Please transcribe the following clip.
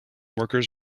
workers